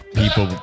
people